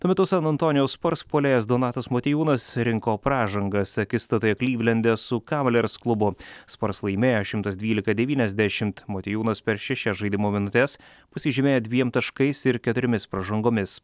tuo metu san antonijaus spars puolėjas donatas motiejūnas rinko pražangas akistatai klyvlende su kavalers klubu spars laimėjo šimtas dvylika devyniasdešimt motiejūnas per šešias žaidimo minutes pasižymėjo dviem taškais ir keturiomis pražangomis